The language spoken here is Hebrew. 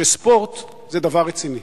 שספורט זה דבר רציני.